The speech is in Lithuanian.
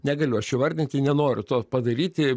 negaliu aš įvardinti nenoriu to padaryti